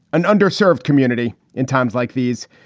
an underserved community in times like these,